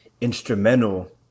instrumental